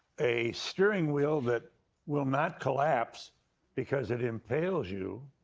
a steering wheel that will not collapse because it impales you.